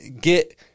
get